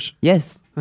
Yes